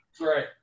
Right